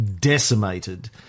decimated